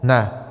Ne.